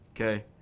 okay